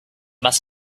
must